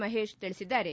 ಮಹೇಶ್ ತಿಳಿಸಿದ್ದಾರೆ